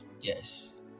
Yes